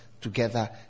together